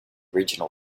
original